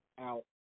out